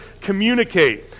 communicate